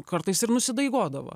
kartais ir nusidaigodavo